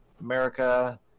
America